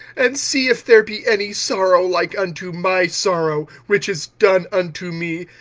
and see if there be any sorrow like unto my sorrow, which is done unto me,